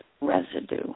residue